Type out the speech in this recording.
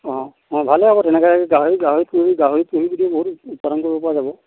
অ অ ভালে হ'ব তেনেকৈ গাহৰি গাহৰি পুহি গাহৰি পুহি যদি উৎপাদন কৰিব পৰা যাব